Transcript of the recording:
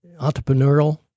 entrepreneurial